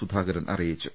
സുധാകരൻ അറിയിച്ചു